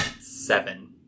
seven